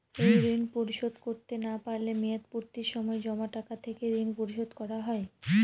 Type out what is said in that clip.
এই ঋণ পরিশোধ করতে না পারলে মেয়াদপূর্তির সময় জমা টাকা থেকে ঋণ পরিশোধ করা হয়?